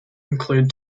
include